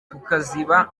tukaziba